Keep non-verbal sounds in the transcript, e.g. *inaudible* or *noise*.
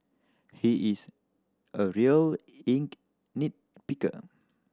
he is a real *unintelligible* nit picker